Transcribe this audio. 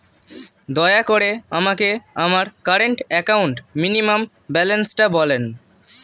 দয়া করে আমাকে আমার কারেন্ট অ্যাকাউন্ট মিনিমাম ব্যালান্সটা বলেন